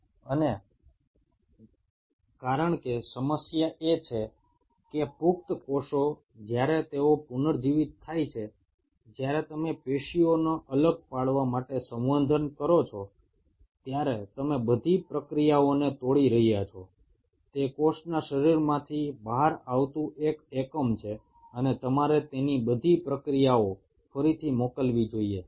এখন সমস্যা হলো ওই অ্যাডাল্ট কোষগুলো যখন রিজেনারেট করছে যখন তোমরা টিস্যুকে আইসোলেট করবার চেষ্টা করছো তখন সাধারণত বেশিরভাগ প্রবর্ধকগুলোই ভেঙে যায় এবং শুধুমাত্র সেল বডি বেরিয়ে আসে এবং এদেরকে আবার সমস্ত প্রবর্ধকগুলোকে প্রেরণ করতে হয়